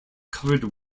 covered